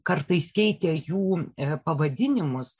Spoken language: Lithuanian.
kartais keitė jų pavadinimus